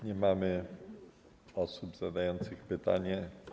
Nie mamy osób zadających pytania.